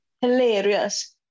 Hilarious